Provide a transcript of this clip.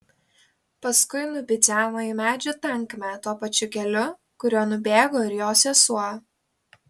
paskui nubidzeno į medžių tankmę tuo pačiu keliu kuriuo nubėgo ir jo sesuo